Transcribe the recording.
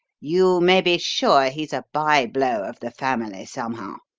you may be sure he's a by-blow of the family somehow.